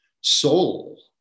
soul